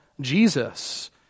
Jesus